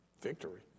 Victory